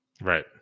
Right